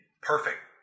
perfect